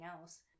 else